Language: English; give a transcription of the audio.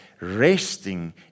resting